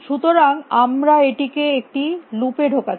সুতরাং আমরা এটিকে একটি লুপ এ ঢোকাচ্ছি